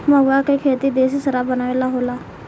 महुवा के खेती देशी शराब बनावे ला होला